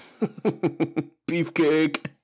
Beefcake